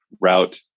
route